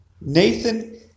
Nathan